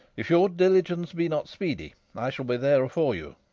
if your diligence be not speedy, i shall be there afore you.